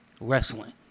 wrestling